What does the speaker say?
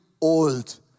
old